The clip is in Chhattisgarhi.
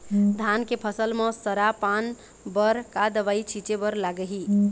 धान के फसल म सरा पान बर का दवई छीचे बर लागिही?